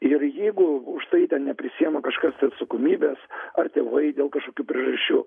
ir jeigu už tai ten neprisiima kažkas tai atsakomybės ar tėvai dėl kažkokių priežasčių